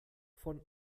von